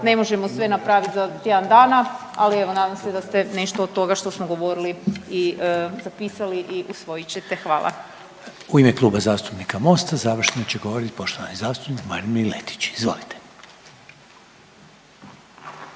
Ne možemo sve napraviti za tjedan dana, ali evo nadam se da ste nešto od toga što smo govorili i zapisali i usvojit ćete. Hvala. **Reiner, Željko (HDZ)** U ime Kluba zastupnika MOST-a završno će govoriti poštovani zastupnik Marin Miletić, izvolite.